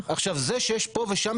זה שיש תקלות פה ושם